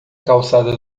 calçada